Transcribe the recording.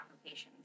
applications